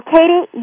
Katie